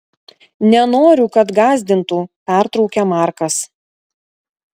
nenoriu kad gąsdintų pertraukia markas